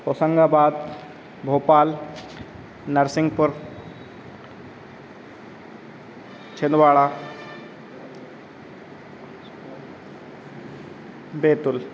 Hoshangabad Bhopal Narsinghpur Chhindwara Betul